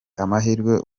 amahirwe